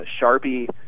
Sharpie